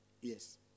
Yes